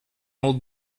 old